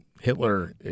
Hitler